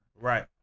Right